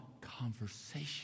conversation